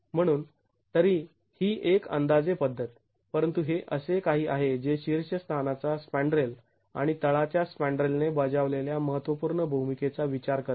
म्हणून तरी ही एक अंदाजे पद्धत परंतु हे असे काही आहे जे शीर्षस्थानाचा स्पॅण्ड्रेल आणि तळाच्या स्पॅण्ड्रेल ने बजावलेल्या महत्त्वपूर्ण भूमिकेचा विचार करते